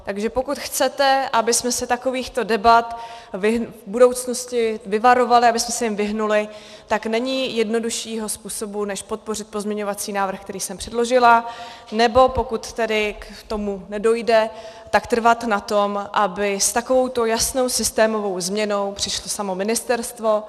Takže pokud chcete, abychom se takovýchto debat v budoucnosti vyvarovali, abychom se jim vyhnuli, tak není jednoduššího způsobu než podpořit pozměňovací návrh, který jsem předložila, nebo pokud k tomu nedojde, tak trvat na tom, aby s takovouto jasnou systémovou změnou přišlo samo ministerstvo.